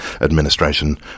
administration